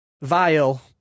Vile